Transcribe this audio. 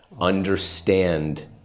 Understand